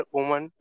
Woman